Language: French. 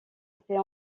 était